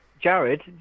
Jared